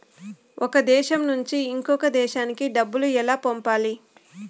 ఒక దేశం నుంచి ఇంకొక దేశానికి డబ్బులు ఎలా పంపాలి?